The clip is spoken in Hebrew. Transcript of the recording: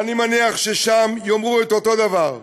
ואני מניח ששם יאמרו את אותו דבר: